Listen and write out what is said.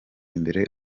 imbere